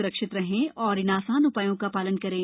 सुरक्षित रहें और इन आसान उपायों का पालन करें